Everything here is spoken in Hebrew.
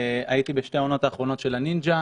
הייתי בשתי העונות האחרונות של "הנינג'ה".